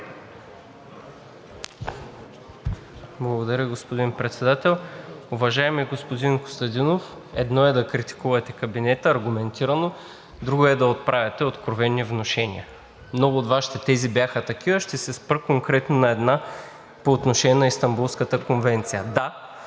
Благодаря, господин Председател. Уважаеми господин Костадинов, едно е да критикувате кабинета аргументирано, друго е да отправяте откровени внушения. Много от Вашите тези бяха такива. Ще се спра конкретно на една по отношение на Истанбулската конвенция. Да, там